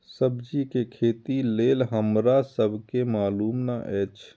सब्जी के खेती लेल हमरा सब के मालुम न एछ?